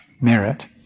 merit